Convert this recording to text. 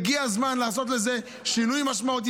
הגיע הזמן לעשות בזה שינוי משמעותי,